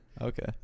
Okay